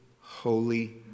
holy